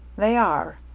they are.